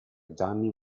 gianni